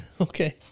Okay